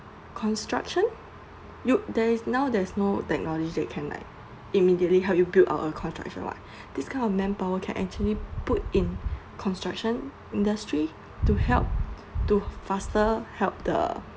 construction yo~ there is now there's no technology that can like immediately how you build up a constr~ what this kind of manpower can actually put in construction industry to help to faster help the